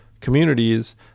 communities